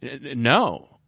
no